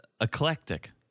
Eclectic